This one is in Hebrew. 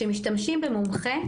שמשמשים במומחה,